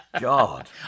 God